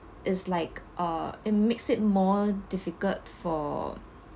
is like uh it makes it more difficult for